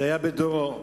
שהיה בדורו.